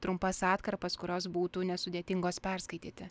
trumpas atkarpas kurios būtų nesudėtingos perskaityti